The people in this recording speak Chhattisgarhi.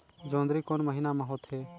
जोंदरी कोन महीना म होथे?